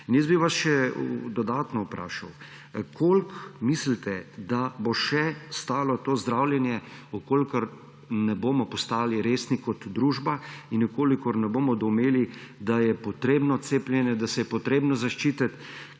jaz bi vas še dodatno vprašal: Koliko mislite, da bo še stalo to zdravljenje? Če ne bomo postali resni kot družba in če ne bomo doumeli, da je potrebno cepljenje, da se je treba zaščititi,